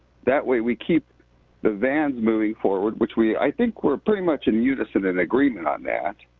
that way we keep the vans moving forward which we, i think, we're pretty much in unison and agreement on that,